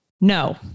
no